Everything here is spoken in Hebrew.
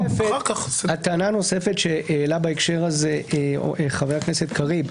טענה נוספת שהעלה בהקשר הזה חבר הכנסת קריב,